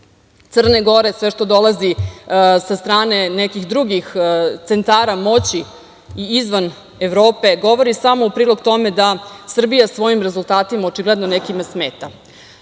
Crne Gore, sve što dolazi sa strane nekih drugih centara moći i izvan Evrope, govori samo u prilog tome da Srbija svojim rezultatima očigledno nekima smeta.